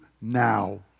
now